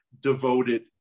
devoted